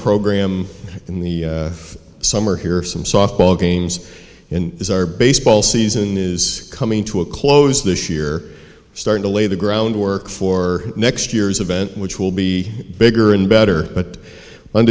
program in the summer here some softball games in is our baseball season is coming to a close this year start to lay the groundwork for next year's event which will be bigger and better